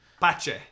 Pache